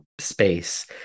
space